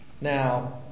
Now